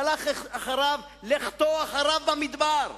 שהלך אחריו, "לכתו אחריו במדבר".